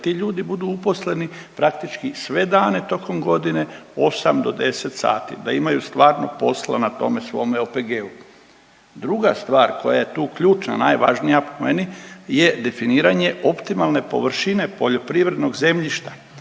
ti ljudi budu uposleni praktički sve dane tokom godine osam do deset sati, da imaju stvarnog posla na tome svome OPG-u. Druga stvar koja je tu ključna, najvažnija po meni je definiranje optimalne površine poljoprivrednog zemljišta.